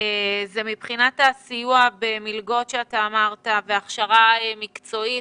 מבחינת סיוע במלגות, כמו שאמרת, והכשרה מקצועית.